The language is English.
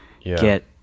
get